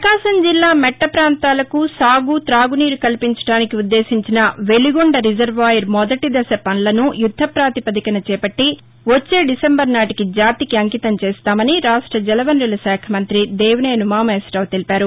ప్రకాశంజిల్లా మెట్టప్రాంతాలకు సాగు తాగునీరు కల్పించడానికి ఉద్దేశించిన వెలిగొండ రిజర్వాయర్ మొదటి దశ పనులను యుద్ద ప్రాతిపదికన చేపట్లి వచ్చే డిసెంబర్ నాటికి జాతికి అంకితం చేస్తామని రాష్ట జల వనరుల శాఖమంత్రి దేవినేని ఉమా మహేశ్వరరావు తెలిపారు